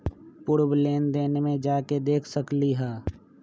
पूर्व लेन देन में जाके देखसकली ह?